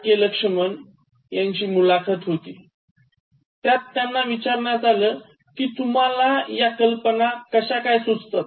के लक्षमण यांची मुलाखत होती त्यात त्यांना विचारण्यात आल कि तुम्हाला या कल्पना कश्या सुचतात